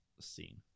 scene